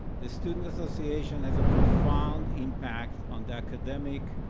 the student association has a profound impact on the academic,